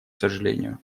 сожалению